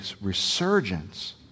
resurgence